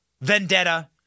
vendetta